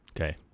Okay